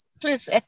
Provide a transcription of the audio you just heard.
please